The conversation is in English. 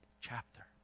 chapter